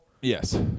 Yes